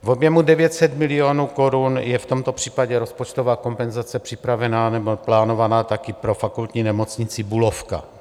V objemu 900 milionů korun je v tomto případě rozpočtová kompenzace připravená nebo plánovaná taky pro Fakultní nemocnici Bulovka.